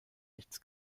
nichts